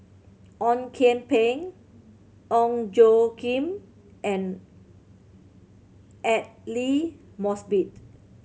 Ong Kian Peng Ong Tjoe Kim and Aidli Mosbit